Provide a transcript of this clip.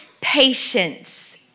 patience